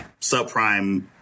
subprime